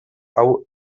hau